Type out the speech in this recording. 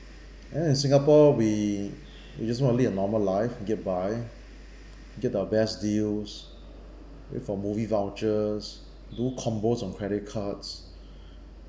and then in singapore we we just want to live a normal life to get by get our best deals wait for movie vouchers do combos on credit cards